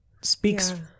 speaks